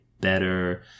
better